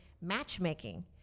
matchmaking